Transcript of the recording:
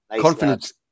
confidence